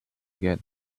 get